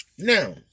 Now